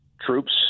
troops